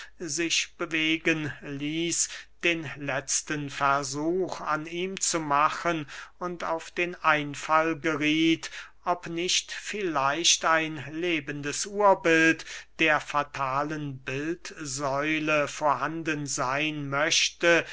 sich bewegen ließ den letzten versuch an ihm zu machen und auf den einfall gerieth ob nicht vielleicht ein lebendes urbild der fatalen bildsäule vorhanden seyn möchte